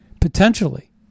Potentially